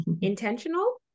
intentional